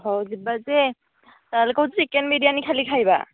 ହେଉ ଯିବା ଯେ ତାହେଲେ କହୁଛୁ ଚିକେନ ବିରିୟାନୀ ଖାଲି ଖାଇବା